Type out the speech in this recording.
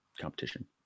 competition